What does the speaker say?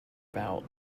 about